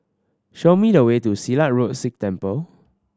show me the way to Silat Road Sikh Temple